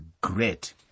great